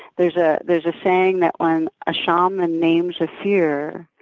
there's ah there's a saying that, when a shaman names a fear,